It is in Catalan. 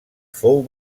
fou